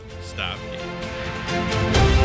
stop